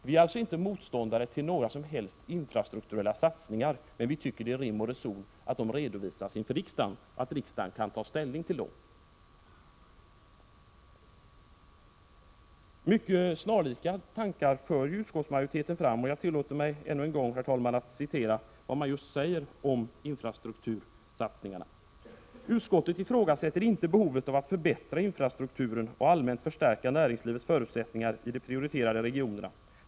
Vi är alltså inte motståndare till några som helst infrastrukturella satsningar, men vi tycker det är rim och reson att de redovisas inför riksdagen och att riksdagen kan ta ställning till dem. Mycket snarlika tankar för utskottets majoritet fram, och jag tillåter mig att ännu en gång citera utskottets texter: ”Utskottet ifrågasätter inte behovet av att förbättra infrastrukturen och allmänt förstärka näringslivets förutsättningar i de prioriterade regionerna.